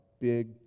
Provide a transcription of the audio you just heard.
big